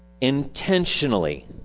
intentionally